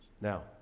Now